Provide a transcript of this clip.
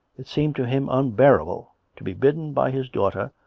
it seemed to him unbearable to be bidden by his daughter,